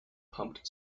pumped